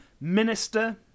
minister